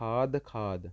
ਖਾਦ ਖਾਦ